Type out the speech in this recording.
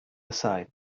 aside